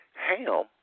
Ham